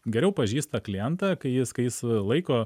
geriau pažįsta klientą kai jis kai jis laiko